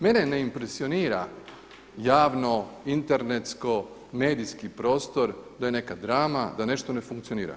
Mene ne impresionira javno internetsko medijski prostor da je neka drama, da nešto ne funkcionira.